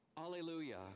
Hallelujah